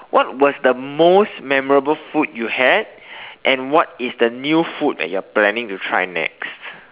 what was the most memorable food you had and what is the new food that you are planning to try next